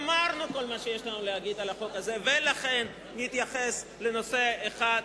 אמרנו כל מה שיש לנו להגיד על החוק הזה ולכן נתייחס לנושא 1,